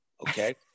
okay